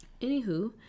Anywho